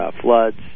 floods